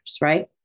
right